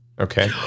Okay